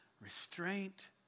restraint